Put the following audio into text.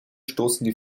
stoßen